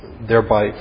thereby